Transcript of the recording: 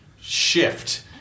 shift